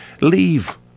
Leave